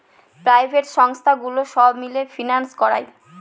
private সংস্থাগুলো সব মিলে ফিন্যান্স করায়